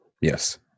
Yes